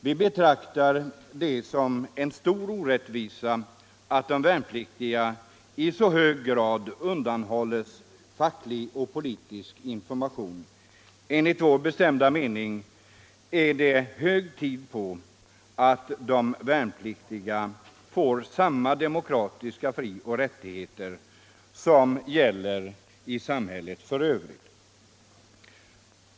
Vi betraktar det som en stor orättvisa att de värnpliktiga i hög grad undanhålls facklig och politisk information. Enligt vår bestämda mening är det hög tid att ge de värnpliktiga samma demokratiska frioch rättigheter som samhällets övriga medborgare.